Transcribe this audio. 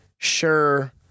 sure